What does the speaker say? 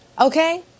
Okay